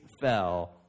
fell